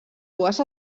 dues